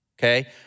okay